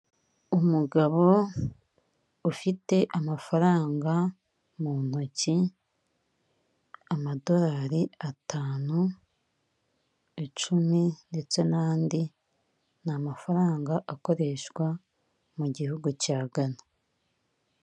Umugabo ufite amafaranga mu ntoki amadorari atanu, icumi ndetse n'andi, ni amafaranga akoreshwa mu gihugu cya Gana.